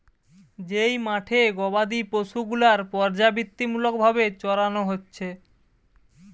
যেই মাঠে গোবাদি পশু গুলার পর্যাবৃত্তিমূলক ভাবে চরানো হচ্ছে